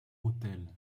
autel